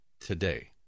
today